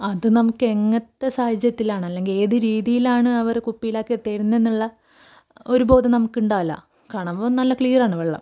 അത് നമുക്ക് എങ്ങനത്തെ സാഹചര്യത്തിലാണ് അല്ലെങ്കിൽ ഏതു രീതിയിലാണ് അവർ കുപ്പിയിലാക്കി തരുന്നതെന്നുള്ള ഒരു ബോധം നമുക്കുണ്ടാകില്ല കാണുമ്പോൾ നല്ല ക്ലിയറാണ് വെള്ളം